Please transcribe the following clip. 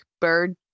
bird